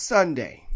Sunday